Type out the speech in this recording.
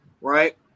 right